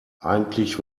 eigentlich